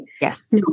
yes